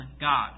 God